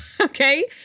Okay